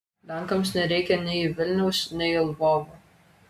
lenkams nereikia nei vilniaus nei lvovo